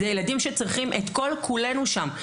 מדובר בילדים שצריכים את כל כולנו שם.